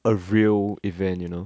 a real event you know